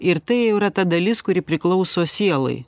ir tai jau yra ta dalis kuri priklauso sielai